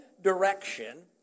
direction